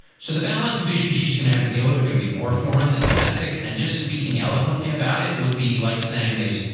so the balance of issues she's going to have to deal with are going to be more foreign than domestic. and just speaking eloquently about it would be like saying they so